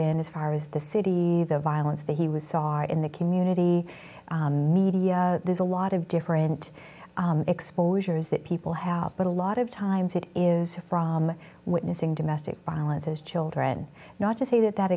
in as far as the city the violence that he was saw in the community media there's a lot of different exposures that people have but a lot of times it is from witnessing domestic violence as children not to say that that